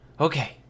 Okay